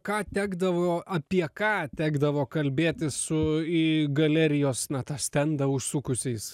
ką tekdavo apie ką tekdavo kalbėtis su į galerijos na tą stendą užsukusiais